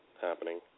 happening